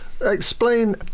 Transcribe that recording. explain